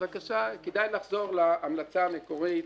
כדאי לחזור להמלצה המקורית,